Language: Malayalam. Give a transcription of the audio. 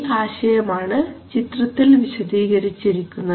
ഈ ആശയമാണ് ചിത്രത്തിൽ വിശദീകരിച്ചിരിക്കുന്നത്